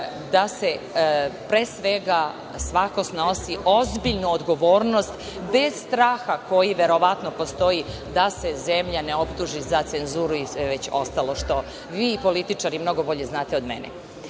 da pre svega svako snosi ozbiljnu odgovornost bez straha, koji verovatno postoji, da se zemlja ne optuži za cenzuru i sve ostalo što vi političari mnogo bolje znate od mene. Htela